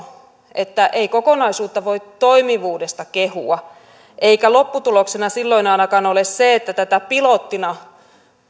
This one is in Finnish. että ei kokonaisuutta voi toimivuudesta kehua eikä lopputuloksena silloin ainakaan ole se että tätä pilottina